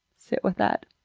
sit with that.